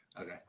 Okay